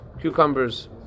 cucumbers